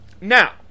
Now